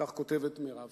כך כותבת מרב כרמלי,